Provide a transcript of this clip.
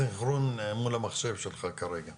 נכון להיום ג'וליס מונה כששת אלפים שש מאות שישים וחמש תושבים,